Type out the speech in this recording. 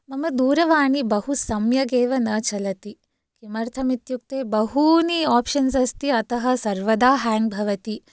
मम दूरवाणी बहु सम्यक् एव न चलति किमर्थम् इत्युक्ते बहूनि आप्शन्स् अस्ति अतः सर्वदा हाङ्ग् भवति